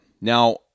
Now